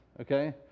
okay